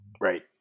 Right